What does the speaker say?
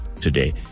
today